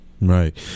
Right